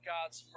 God's